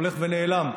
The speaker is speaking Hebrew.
הולך ונעלם,